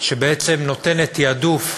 שנותנת העדפה